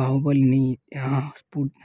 బాహుబలిని స్ఫూ